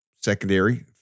secondary